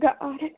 god